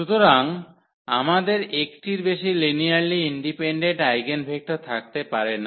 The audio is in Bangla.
সুতরাং আমাদের 1 টির বেশি লিনিয়ারলি ইন্ডিপেন্ডেন্ট আইগেনভেক্টর থাকতে পারে না